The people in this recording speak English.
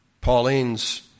Pauline's